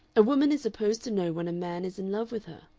a woman is supposed to know when a man is in love with her.